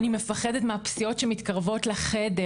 אני מפחדת מהפסיעות שמתקרובות לחדר,